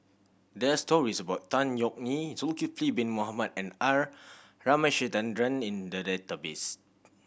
there are stories about Tan Yeok Nee Zulkifli Bin Mohamed and R Ramachandran in the database